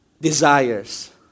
desires